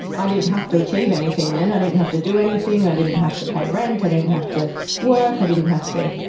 i didn't have to achieve anything then, i didn't have to do anything, i didn't have to pay rent, i didn't have to work, i didn't have to